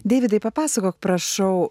deividai papasakok prašau